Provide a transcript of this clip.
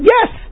Yes